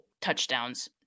touchdowns